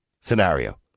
scenario